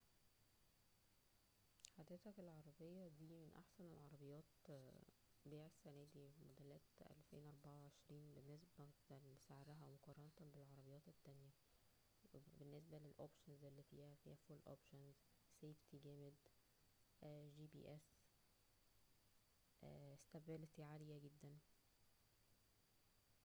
حضرتك العربية دى من احسن العربيات -بيع السنة دى موديلات الفين اربعة وعشرين بال-لنسبة لسعرها مقارنة بالعربيات التانية, بالنسبة للاوبشنز اللى فيها ,فيها فول اوبشنز ,saftyجامد اه- جى بى اس stability عالية جدا